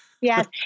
yes